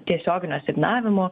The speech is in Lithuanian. tiesioginių asignavimų